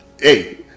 Hey